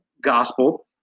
gospel